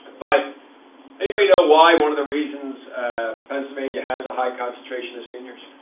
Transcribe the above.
but anybody know why one of the reasons pennsylvania has a high concentration of seniors?